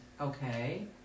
Okay